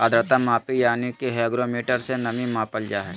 आद्रता मापी यानी कि हाइग्रोमीटर से नमी मापल जा हय